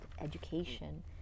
education